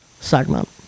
segment